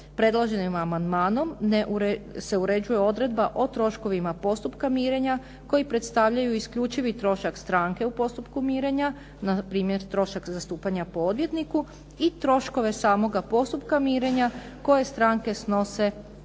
Predloženim amandmanom se uređuje odredba o troškovima postupka mirenja koji predstavljaju isključivi trošak stranke u postupku mirenja, na primjer trošak zastupanja po odvjetniku i troškove samoga postupka mirenja koje stranke snose u